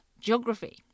geography